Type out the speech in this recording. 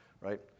right